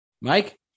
Mike